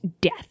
death